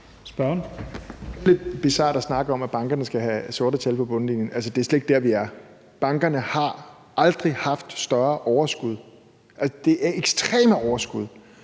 (EL): Det er lidt bizart at snakke om, at bankerne skal have sorte tal på bundlinjen. Det er slet ikke der, vi er. Bankerne har aldrig haft større overskud, og det er ekstreme overskud.